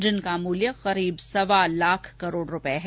जिनका मूल्य लगभग सवा लाख करोड रूपये है